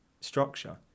structure